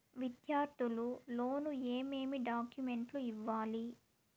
విద్యార్థులు లోను ఏమేమి డాక్యుమెంట్లు ఇవ్వాలి?